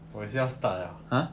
我也是要 start liao